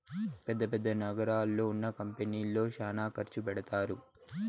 పెద్ద పెద్ద నగరాల్లో ఉన్న కంపెనీల్లో శ్యానా ఖర్చు పెడతారు